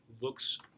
looks